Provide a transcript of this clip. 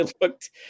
looked